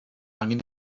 angen